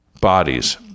bodies